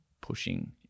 pushing